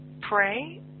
pray